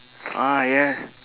ah yeah